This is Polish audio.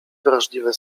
wrażliwe